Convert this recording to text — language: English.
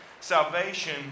salvation